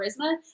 charisma